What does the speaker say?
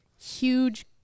huge